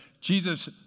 Jesus